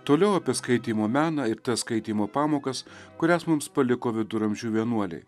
toliau apie skaitymo meną ir tas skaitymo pamokas kurias mums paliko viduramžių vienuoliai